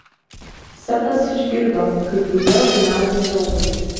setas išgirdo kaip ji vėl gniaužia žiovulį